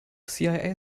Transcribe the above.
cia